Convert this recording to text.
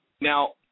Now